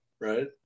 right